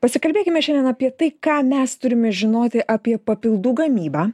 pasikalbėkime šiandien apie tai ką mes turime žinoti apie papildų gamybą